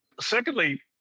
Secondly